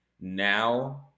Now